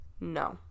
No